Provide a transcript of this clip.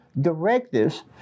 directives